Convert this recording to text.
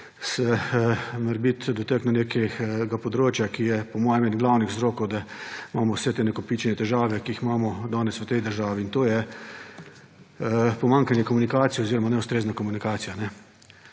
se morebiti dotaknil nekega področja, ki je po mojem eden glavnih vzrokov, da imamo vse te nakopičene težave, ki jih imamo danes v tej državi. In to je pomanjkanje komunikacije oziroma neustrezna komunikacija.